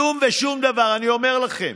כלום ושום דבר, אני אומר לכם.